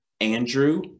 Andrew